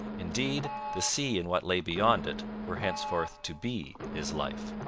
indeed, the sea and what lay beyond it were henceforth to be his life.